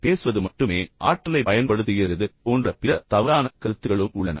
பேசுவது மட்டுமே ஆற்றலைப் பயன்படுத்துகிறது கவனிப்பது அல்ல என்பது போன்ற பிற தவறான கருத்துகளும் உள்ளன